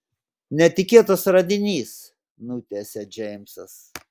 netikėtas radinys nutęsia džeimsas